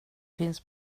finns